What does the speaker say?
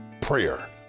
prayer